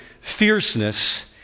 fierceness